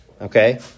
okay